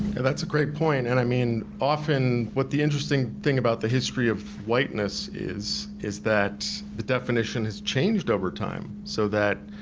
that's a great point. and i mean often what the interesting thing about the history of whiteness is, is that the definition has changed over time, so that